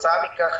כתוצאה מכך,